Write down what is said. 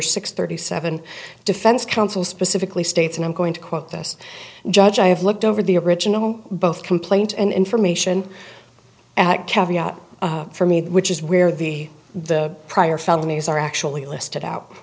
six thirty seven defense counsel specifically states and i'm going to quote this judge i have looked over the original both complaint and information for me which is where the the prior felony is are actually listed out